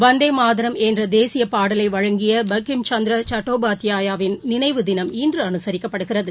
Vande Mataram தேசியபாடலைவழங்கிய Bankim சந்திரசாட்டோபாத்தியாய win நினைவு தினம் இன்று அவுசரிக்கப்படுகிறது